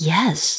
?Yes